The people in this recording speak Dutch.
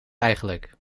eigenlijk